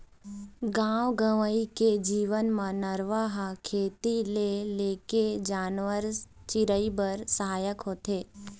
गाँव गंवई के जीवन म नरूवा ह खेती ले लेके जानवर, चिरई बर सहायक होथे